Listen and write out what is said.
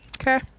Okay